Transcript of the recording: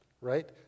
right